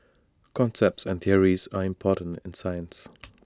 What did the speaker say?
concepts and theories are important in science